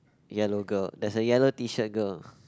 yellow girl there's a yellow T shirt girl